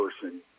person